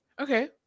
Okay